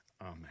Amen